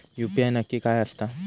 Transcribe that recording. UPI नक्की काय आसता?